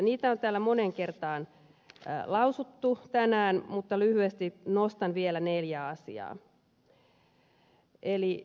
niitä on täällä moneen kertaan lausuttu tänään mutta lyhyesti nostan vielä neljä asiaa